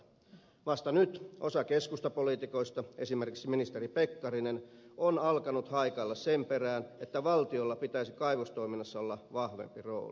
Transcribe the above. vasta nyt osa keskustapoliitikoista esimerkiksi ministeri pekkarinen on alkanut haikailla sen perään että valtiolla pitäisi kaivostoiminnassa olla vahvempi rooli